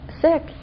sick